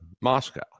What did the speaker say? Moscow